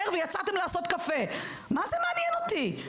ויצאתם לעשות קפה מה זה מעניין אותי?